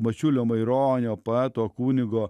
mačiulio maironio poeto kunigo